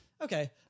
Okay